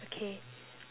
okay